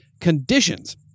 conditions